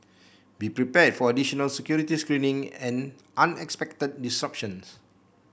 be prepared for additional security screening and unexpected disruptions